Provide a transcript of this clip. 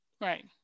Right